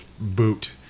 boot